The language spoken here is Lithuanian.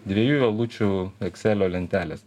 dviejų eilučių ekselio lentelės